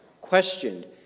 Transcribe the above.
questioned